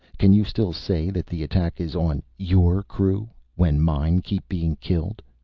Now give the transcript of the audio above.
can you still say that the attack is on your crew when mine keep being killed?